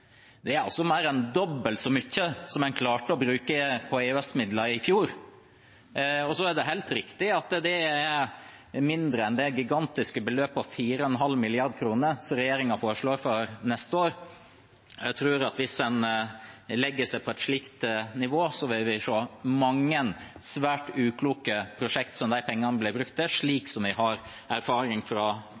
Det er mer enn dobbelt så mye som en klarte å bruke på EØS-midler i fjor. Så er det helt riktig at det er mindre enn det gigantiske beløpet på 4,5 mrd. kr som regjeringen foreslår for neste år. Jeg tror at hvis en legger seg på et slikt nivå, vil vi se mange svært ukloke prosjekt som de pengene blir brukt til, slik som vi har erfaring med fra